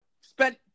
spent